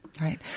Right